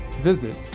visit